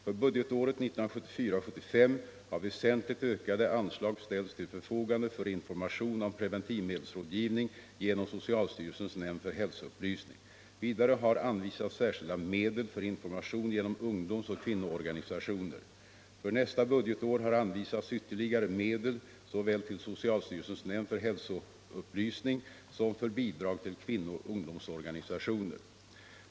För budgetåret 1974/75 har väsentligt ökade anslag ställts till förfogande för information om preventivmedelsrådgivning genom socialstyrelsens nämnd för hälsoupplysning. Vidare har anvisats särskilda medel för information genom ungdomsoch kvinnoorganisationer. För nästa budgetår har anvisats ytterligare medel såväl till socialstyrelsens nämnd för hälsoupplysning som för bidrag till kvinnooch ungdomsorganisationerna.